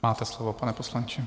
Máte slovo, pane poslanče.